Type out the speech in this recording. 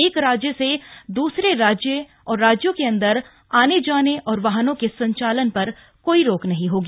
एक राज्य से दूसरे राज्यों और राज्यों के अंदर आने जाने और वाहनों के संचालन पर कोई रोक नहीं होगी